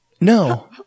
No